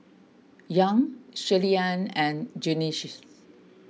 Young Shirleyann and Junious